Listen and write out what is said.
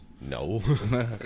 No